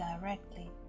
directly